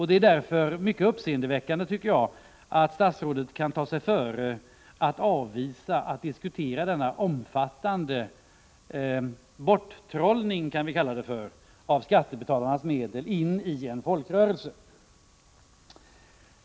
Det är därför mycket uppseendeväckande, tycker jag, att statsrådet kan ta sig före att avvisa att diskutera denna omfattande borttrollning av skattebetalarnas medel in i en folkrörelse.